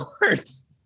words